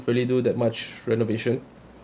really do that much renovation